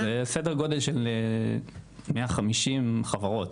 זה סדר גודל של 150 חברות,